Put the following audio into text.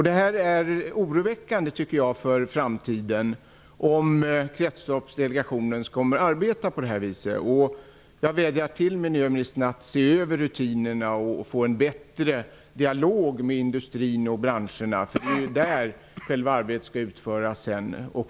Det är oroväckande för framtiden om Kretsloppsdelegationen kommer att fortsätta att arbeta på det här viset. Jag vädjar till miljöministern att se över rutinerna och försöka få en bättre dialog med industrin och branscherna. Det är där själva arbetet skall utföras.